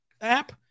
app